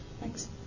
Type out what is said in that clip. Thanks